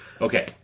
Okay